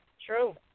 True